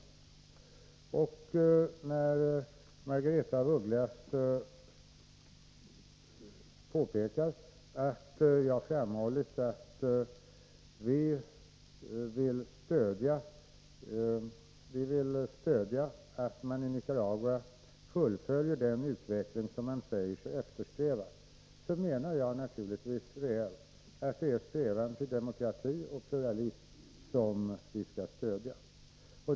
Margaretha af Ugglas påpekar att jag framhållit att vi vill stödja att man i Nicaragua fullföljer den utveckling som man säger sig eftersträva. Jag menar naturligtvis reellt att det är strävan till demokrati och pluralism som vi skall stödja.